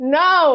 no